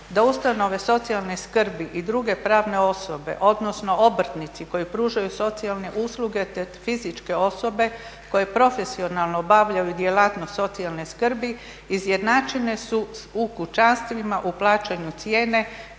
da ustanove socijalne skrbi i druge pravne osobe, odnosno obrtnici koji pružaju socijalne usluge te fizičke osobe koje profesionalno obavljaju djelatnost socijalne skrbi izjednačene su u kućanstvima u plaćanju cijene